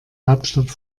hauptstadt